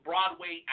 Broadway